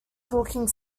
talking